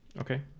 okay